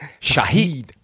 Shahid